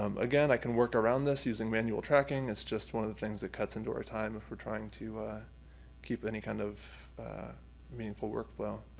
um again, i can work around this using manual tracking, it's just one of the things that cuts into our time if we're trying to keep any kind of meaningful workflow.